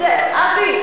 אבי,